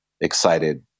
excited